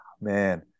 man